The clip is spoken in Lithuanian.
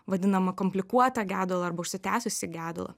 vadinamą komplikuotą gedulą arba užsitęsusį gedulą